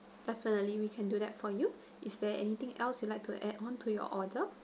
definitely we can do that for you is there anything else you'd like to add on to your order